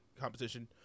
competition